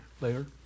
later